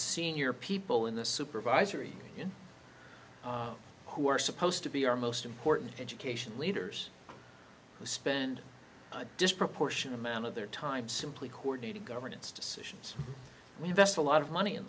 senior people in the supervisory in who are supposed to be our most important education leaders who spend a disproportionate amount of their time simply coordinating governance decisions we invest a lot of money in